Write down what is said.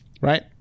right